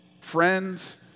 friends